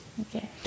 okay